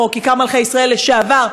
או כיכר מלכי-ישראל לשעבר,